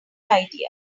idea